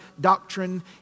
doctrine